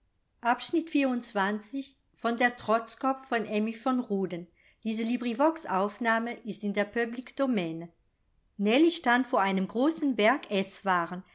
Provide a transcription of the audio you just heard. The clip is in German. ermahnungen nellie stand vor einem großen berg